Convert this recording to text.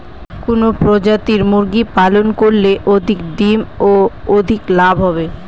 কোন প্রজাতির মুরগি পালন করলে অধিক ডিম ও অধিক লাভ হবে?